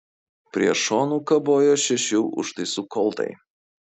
prie šonų kabojo šešių užtaisų koltai